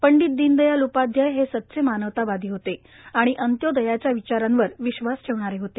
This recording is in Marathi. पंडित शीनशयाल उपाध्याय हे सच्चे मानवतावापी होते आणि अंत्यो याच्या विचारांवर विश्वास ठेवणारे होते